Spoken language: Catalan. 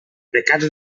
pecats